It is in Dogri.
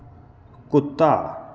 कुत्ता